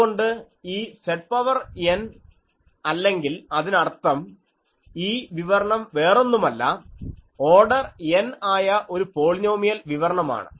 അതുകൊണ്ട് ഈ Z power n അല്ലെങ്കിൽ അതിനർത്ഥം ഈ വിവരണം വേറൊന്നുമല്ല ഓർഡർ n ആയ ഒരു പോളിനോമിയൽ വിവരണമാണ്